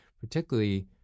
particularly